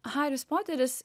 haris poteris